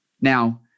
Now